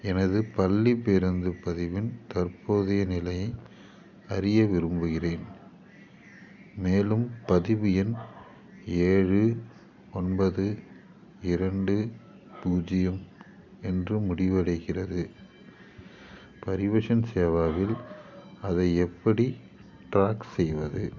எனது பள்ளிப் பேருந்து பதிவின் தற்போதைய நிலையை அறிய விரும்புகிறேன் மேலும் பதிவு எண் ஏழு ஒன்பது இரண்டு பூஜ்ஜியம் என்று முடிவடைகிறது பரிவஷன் சேவாவில் அதை எப்படி ட்ராக் செய்வது